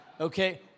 Okay